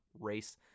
race